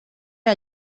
era